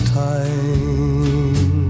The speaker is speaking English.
time